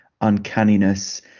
uncanniness